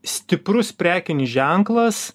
stiprus prekinis ženklas